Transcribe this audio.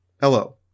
hello